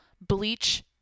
bleach